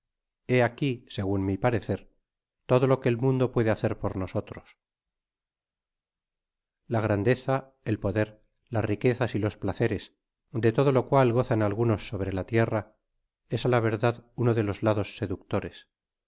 heaqui segun mi parecer todo lo que el mundo puede hacer por nosotros la grandeza el poder las riquezas y los placeres de todo lo cual gozan algunos sobre la tierra es á la verdad uno de los lados seductores